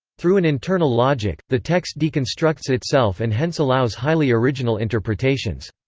through an internal logic, the text deconstructs itself and hence allows highly original interpretations.